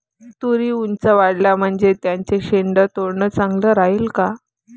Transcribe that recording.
तुरी ऊंच वाढल्या म्हनजे त्याचे शेंडे तोडनं चांगलं राहीन का?